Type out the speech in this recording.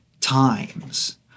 times